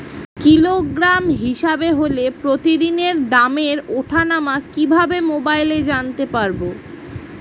Kilogram হিসাবে হলে প্রতিদিনের দামের ওঠানামা কিভাবে মোবাইলে জানতে পারবো?